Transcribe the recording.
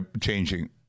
changing